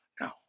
No